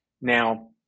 Now